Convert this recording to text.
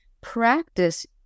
practice